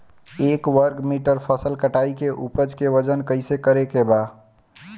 एक वर्ग मीटर फसल कटाई के उपज के वजन कैसे करे के बा?